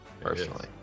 Personally